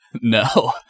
No